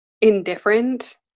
indifferent